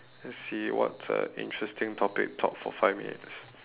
let's see what's a interesting topic to talk for five minutes